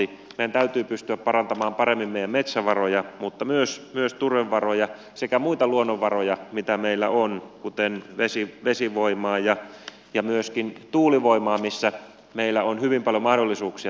meidän täytyy pystyä parantamaan meidän metsävaroja mutta myös turvevaroja sekä muita luonnonvaroja mitä meillä on kuten vesivoimaa ja myöskin tuulivoimaa missä meillä on hyvin paljon mahdollisuuksia tässä maassa